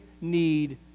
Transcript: need